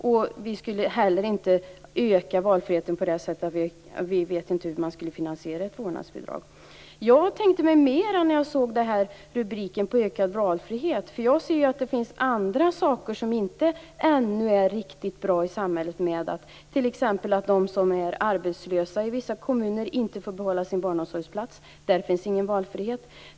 Det ökar inte heller valfriheten när vi inte vet hur man skulle finansiera ett vårdnadsbidrag. När jag såg rubriken om valfrihet tänkte jag mera på sådana saker som ännu inte är riktigt bra i samhället, t.ex. att de som är arbetslösa i vissa kommuner inte får behålla sin barnomsorgsplats. Där finns ingen valfrihet.